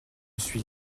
suis